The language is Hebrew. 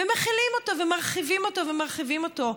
ומחילים אותו ומרחיבים אותו ומרחיבים אותו.